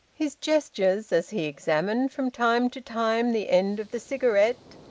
his gestures, as he examined from time to time the end of the cigarette,